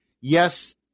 Yes